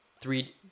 three